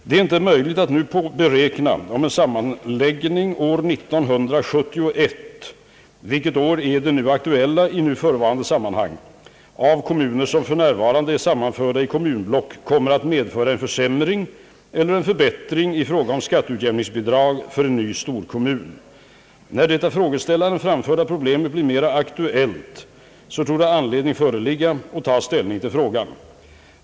Det är inte möjligt att nu beräkna om en sammanläggning år 1971 — vilket år är det aktuella i nu förevarande sammanhang — av kommuner som f.n. är sammanförda i kommunblock kommer att medföra en försämring eller en förbättring i fråga om skatteutjämningsbidrag för en ny storkommun. När det av frågeställaren framförda problemet blir mera aktuellt torde anledning föreligga att ta ställning till frågan.